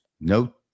no